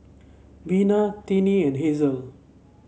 Vina Tinnie and Hasel